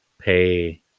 pay